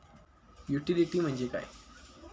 Utility म्हणजे काय?